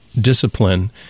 discipline